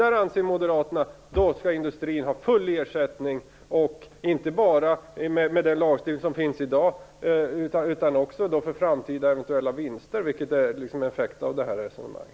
Där anser Moderaterna att industrin skall få full ersättning, inte bara med den lagstiftning som finns i dag utan också med tanke på framtida eventuella vinster, vilket blir effekten av det här resonemanget.